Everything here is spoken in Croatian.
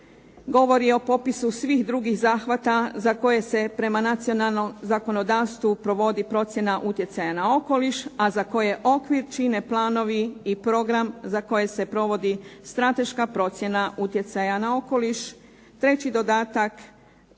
govori o popisu svih drugih zahvata za koje se prema nacionalnom zakonodavstvu provodi procjena utjecaja na okoliš, a za koje okvir čine planovi i program za koje se provodi strateška procjena utjecaja na okoliš. Treći dodatak